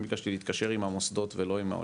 אני ביקשתי להתקשר עם המוסדות ולא עם העולים,